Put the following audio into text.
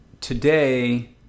today